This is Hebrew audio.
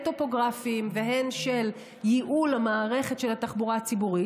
הן טופוגרפיים והן של ייעול המערכת של התחבורה הציבורית.